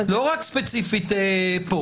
לא רק ספציפית כאן.